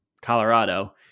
Colorado